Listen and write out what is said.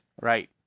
Right